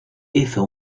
hizo